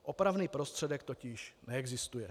Opravný prostředek totiž neexistuje.